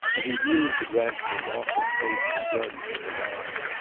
and he viewed the gradual loss of faith in drugs with alarm.